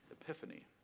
epiphany